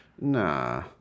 Nah